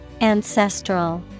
Ancestral